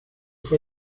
fue